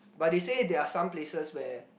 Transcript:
but they say there are some places where